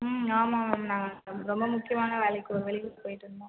ம் ஆமாம் மேம் நாங்கள் ரொம்ப முக்கியமான வேலைக்கு வெளியூர்க்கு போயிவிட்டு வந்தோம்